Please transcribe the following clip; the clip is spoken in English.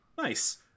Nice